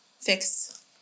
fix